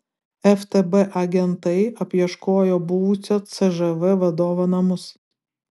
ftb agentai apieškojo buvusio cžv vadovo namus